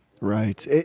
Right